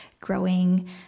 growing